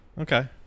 Okay